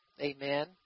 Amen